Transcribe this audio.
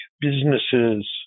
businesses